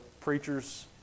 preacher's